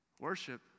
Worship